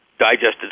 digested